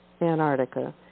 Antarctica